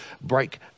break